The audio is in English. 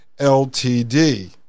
ltd